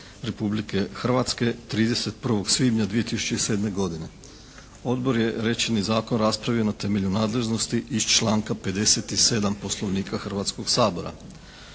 Republike Hrvatske 31. svibnja 2007. godine. Odbor je rečeni zakon raspravio na temelju nadležnosti iz članka 57. Poslovnika Hrvatskog sabora.